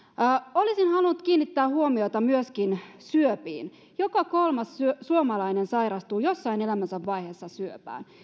olisin halunnut kiinnittää huomiota myöskin syöpiin joka kolmas suomalainen sairastuu jossain elämänsä vaiheessa syöpään